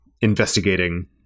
investigating